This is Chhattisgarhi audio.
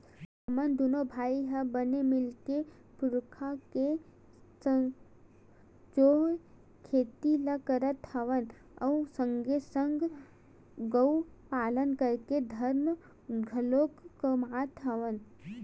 हमन दूनो भाई ह बने मिलके पुरखा के संजोए खेती ल करत हवन अउ संगे संग गउ पालन करके धरम घलोक कमात हवन